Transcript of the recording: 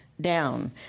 down